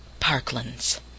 parklands